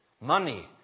money